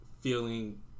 feeling